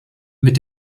mit